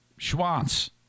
Schwanz